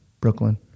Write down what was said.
Brooklyn